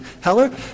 Heller